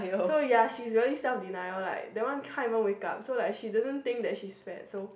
so ya she is very self denial like that one can't even wake up so like she doesn't think that she is fat so